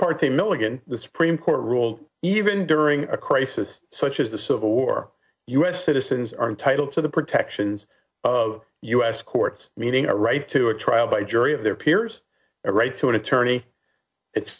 party milligan the supreme court ruled even during a crisis such as the civil war us citizens are entitled to the protections of u s courts meaning a right to a trial by jury of their peers a right to an attorney it's